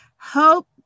Hope